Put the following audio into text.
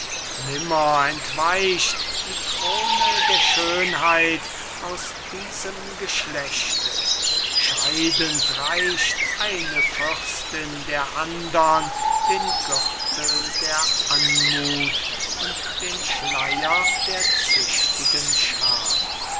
nimmer entweicht die krone der schönheit aus diesem geschlechte scheidend reicht eine fürstin der andern den gürtel der anmuth und den schleier der züchtigen scham